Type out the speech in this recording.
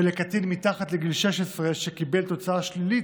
ולקטין מתחת לגיל 16 שקיבל תוצאה שלילית